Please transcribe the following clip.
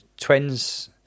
twins